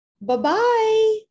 Bye-bye